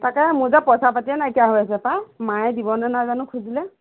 তাকে মোৰ যে পইচা পাতিয়ে নাইকিয়া হৈ আছে পাই মায়ে দিবনে নাই জানো খুজিলে